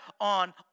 on